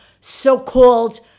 so-called